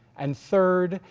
and third,